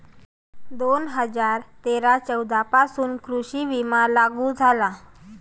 दोन हजार तेरा चौदा पासून कृषी विमा लागू झाला